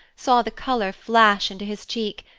saw the color flash into his cheek,